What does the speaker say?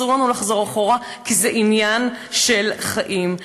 אסור לנו לחזור אחורה כי זה עניין של חיים.